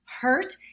hurt